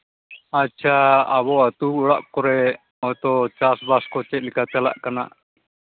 ᱟᱪᱪᱷᱟ ᱟᱵᱚ ᱟᱹᱛᱩ ᱚᱲᱟᱜ ᱠᱚᱨᱮᱫ ᱛᱚ ᱪᱟᱥᱵᱟᱥ ᱠᱚ ᱪᱮᱫ ᱞᱮᱠᱟ ᱪᱟᱞᱟᱜ ᱠᱟᱱᱟ